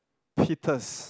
Peters